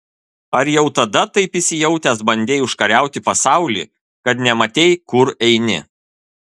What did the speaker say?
ar jau tada taip įsijautęs bandei užkariauti pasaulį kad nematei kur eini